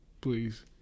Please